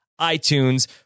iTunes